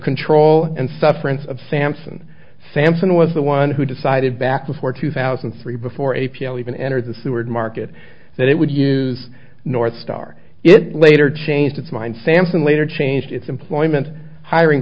control and sufferance of sampson sampson was the one who decided back before two thousand and three before a p l even entered the seward market that it would use north star it later changed its mind sampson later changed its employment hiring